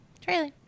Trailer